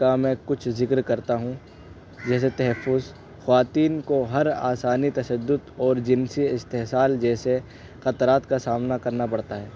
کا میں کچھ ذکر کرتا ہوں جیسے تحفظ خواتین کو ہر آسانی تشدد اور جنسی استحصال جیسے قطرات کا سامنا کرنا پڑتا ہے